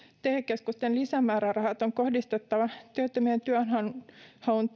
te keskusten lisämäärärahat on kohdistettava työttömien työnhaun työnhaun